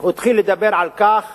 הוא התחיל לדבר על כך